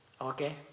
okay